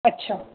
अच्छा